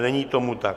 Není tomu tak.